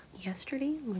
yesterday